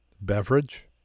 beverage